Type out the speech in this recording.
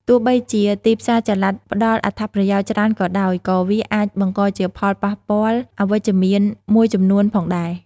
ទោះបីជាទីផ្សារចល័តផ្តល់អត្ថប្រយោជន៍ច្រើនក៏ដោយ ក៏វាអាចបង្កជាផលប៉ះពាល់អវិជ្ជមានមួយចំនួនផងដែរ។